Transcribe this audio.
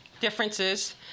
differences